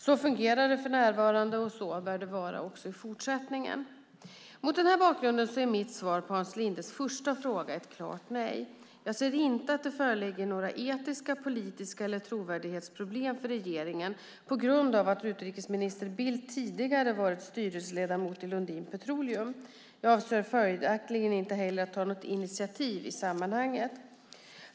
Så fungerar det för närvarande, och så bör det vara också i fortsättningen. Mot denna bakgrund är mitt svar på Hans Lindes första fråga ett klart nej. Jag ser inte att det föreligger några etiska eller politiska problem eller trovärdighetsproblem för regeringen på grund av att utrikesminister Bildt tidigare varit styrelseledamot i Lundin Petroleum. Jag avser följaktligen inte heller att ta något initiativ i sammanhanget.